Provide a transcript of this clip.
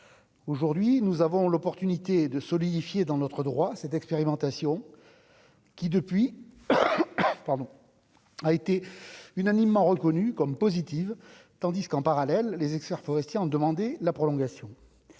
aujourd'hui, nous avons l'opportunité de solidifier dans notre droit, cette expérimentation qui, depuis, pardon a été unanimement reconnues comme positives, tandis qu'en parallèle, les experts forestiers ont demandé la prolongation,